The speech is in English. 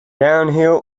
downhill